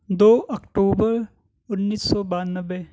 دو October انیس سو بانوے